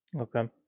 Okay